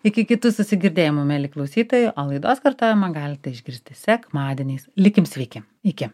iki kitų susigirdėjimų mieli klausytojai o laidos kartojimą galite išgirsti sekmadieniais likim sveiki iki